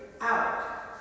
out